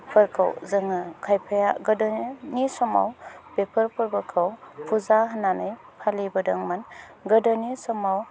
जोङो खायफाया गोदोनि समाव बेफोर फोरबोखौ फुजा होनानै फालिबोदोंमोन गोदोनि समाव